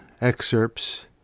excerpts